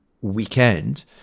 weekend